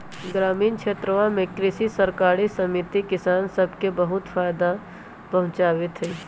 ग्रामीण क्षेत्रवा में कृषि सरकारी समिति किसान सब के बहुत फायदा पहुंचावीत हई